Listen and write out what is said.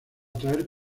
traer